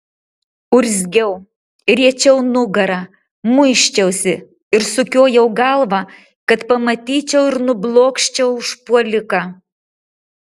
urzgiau riečiau nugarą muisčiausi ir sukiojau galvą kad pamatyčiau ir nublokščiau užpuoliką